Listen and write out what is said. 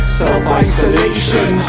self-isolation